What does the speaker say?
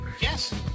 Yes